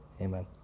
amen